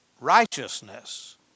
righteousness